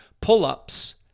pull-ups